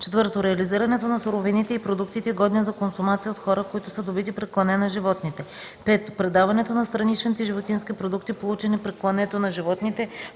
ал. 1; 4. реализирането на суровините и продуктите, годни за консумация от хора, които са добити при клането на животните; 5. предаването на страничните животински продукти, получени при клането на животните,